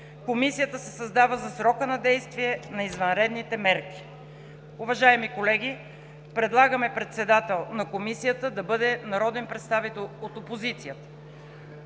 Комисията се създава за срока на действие на извънредните мерки.“ Уважаеми колеги, предлагаме председател на Комисията да бъде народен представител от опозицията